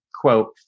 quote